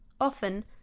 often